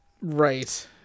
Right